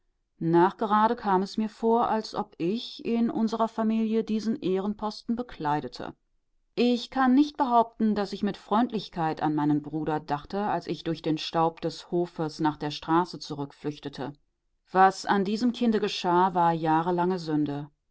nachgerade kam es mir vor als ob ich in unserer familie diesen ehrenposten bekleidete ich kann nicht behaupten daß ich mit freundlichkeit an meinen bruder dachte als ich durch den staub des hofes nach der straße zurückflüchtete was an diesem kinde geschah war jahrelange sünde